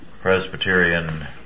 Presbyterian